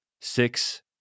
six